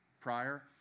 prior